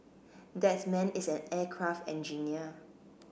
that man is an aircraft engineer